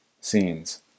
scenes